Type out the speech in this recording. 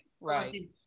right